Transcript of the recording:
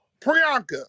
Priyanka